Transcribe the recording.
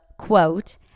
Quote